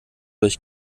durch